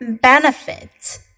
benefits